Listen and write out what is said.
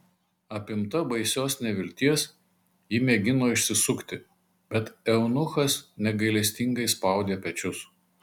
apimta baisios nevilties ji mėgino išsisukti bet eunuchas negailestingai spaudė pečius